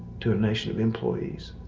to a nation of employees,